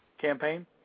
campaign